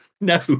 No